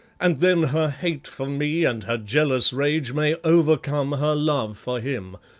and then her hate for me and her jealous rage may overcome her love for him.